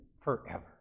forever